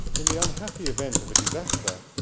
in the unhappy event of a disaster,